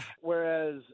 Whereas